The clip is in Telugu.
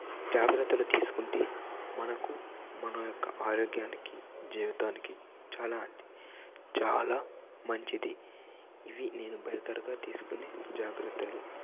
జాగ్రత్తలు తీసుకుంటే మనకు మన యొక్క ఆరోగ్యానికి జీవితానికి చాలా అంటే చాలా మంచిది ఇవి నేను బైకర్ గా తీసుకునే జాగ్రత్తలు